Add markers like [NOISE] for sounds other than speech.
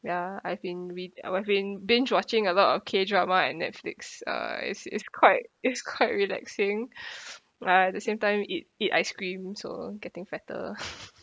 ya I've been read I've been binge watching a lot of K drama and netflix uh it's it's quite it's quite relaxing [BREATH] uh at the same time eat eat ice cream so getting fatter [LAUGHS]